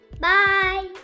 Bye